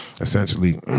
essentially